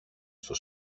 στο